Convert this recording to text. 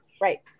right